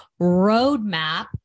roadmap